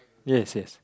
yes yes